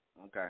Okay